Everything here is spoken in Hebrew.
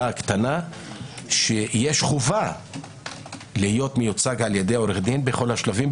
הקטנה שיש חובה להיות מיוצג על ידי עורך דין בכל השלבים,